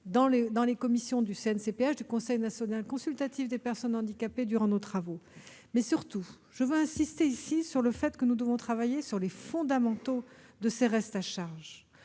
des commissions du CNCPH, le Conseil national consultatif des personnes handicapées. Je veux surtout insister ici sur le fait que nous devons travailler sur les fondamentaux de ces restes à charge.